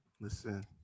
Listen